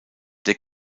der